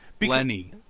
Lenny